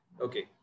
okay